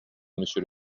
monsieur